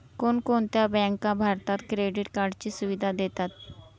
कोणकोणत्या बँका भारतात क्रेडिट कार्डची सुविधा देतात?